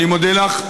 אני מודה לך,